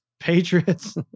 Patriots